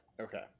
Okay